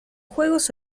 juegos